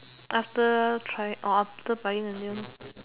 after trying or after buying a new